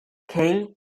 king